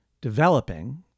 developing